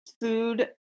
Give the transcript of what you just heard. food